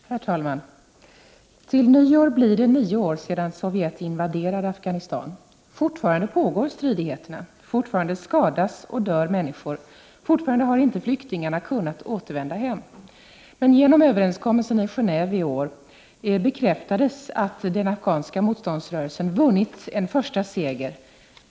Herr talman! På nyåret är det nio år sedan Sovjet invaderade Afghanistan. Fortfarande pågår strider, fortfarande skadas och dör människor och fortfarande har inte flyktingarna kunnat återvända hem. Men genom överenskommelsen i Genéve i år blev det bekräftat att den afghanska motståndsrörelsen hade vunnit en första seger.